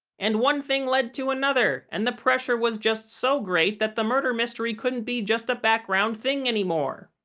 and one thing led to another, and the pressure was just so great that the murder mystery couldn't be just a background thing anymore.